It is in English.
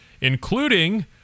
including